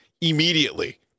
immediately